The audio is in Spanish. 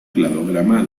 cladograma